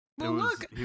look